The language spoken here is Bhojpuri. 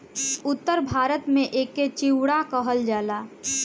उत्तर भारत में एके चिवड़ा कहल जाला